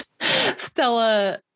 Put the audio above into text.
Stella